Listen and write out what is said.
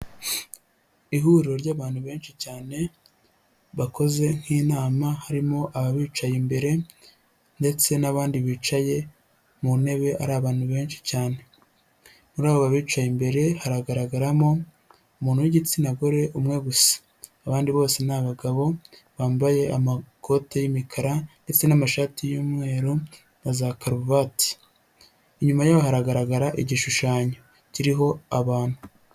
Ihuriro ry'abantu benshi cyane bakoze nk'inama harimo ababicaye imbere ndetse n'abandi bicaye mu ntebe ari abantu benshi cyane muri abo bicaye imbere haragaragaramo umuntu w'igitsina gore umwe gusa abandi bose ni abagabo bambaye amakoti y'mikara ndetse n'amashati y'umweru na za karuvati inyuma yabo hagaragara igishushanyo kiriho abantu.